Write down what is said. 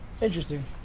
Interesting